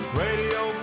radio